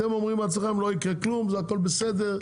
אתם אומרים בעצמכם לא יקרה כלום הכל בסדר,